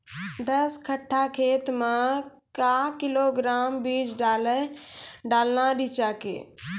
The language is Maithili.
दस कट्ठा खेत मे क्या किलोग्राम बीज डालने रिचा के?